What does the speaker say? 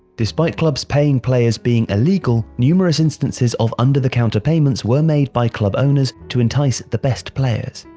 despite clubs paying players being illegal, numerous instances of under the counter payments were made by club owners to entice the best players.